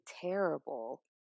terrible